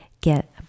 Get